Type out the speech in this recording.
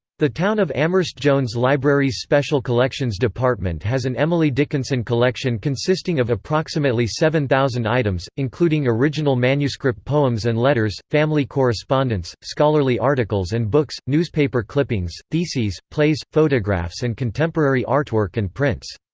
the town of amherst jones library's special collections department has an emily dickinson collection consisting of approximately seven thousand items, including original manuscript poems and letters, family correspondence, scholarly articles and books, newspaper clippings, theses, plays, photographs and contemporary artwork and prints.